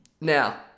Now